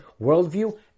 worldview